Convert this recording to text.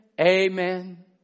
Amen